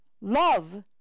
Love